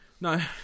No